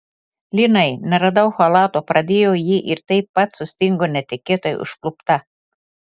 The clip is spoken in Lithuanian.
linai neradau chalato pradėjo ji ir taip pat sustingo netikėtai užklupta